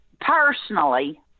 personally